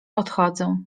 odchodzę